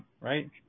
right